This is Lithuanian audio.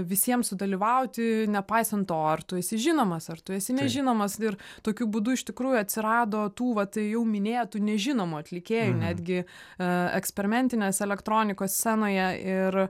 visiems sudalyvauti nepaisant to ar tu esi žinomas ar tu esi nežinomas ir tokiu būdu iš tikrųjų atsirado tų va tai jau minėtų nežinomų atlikėjų netgi eksperimentinės elektronikos scenoje ir